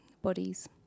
bodies